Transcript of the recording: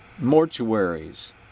mortuaries